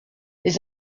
les